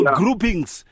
groupings